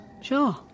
Sure